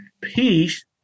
Peace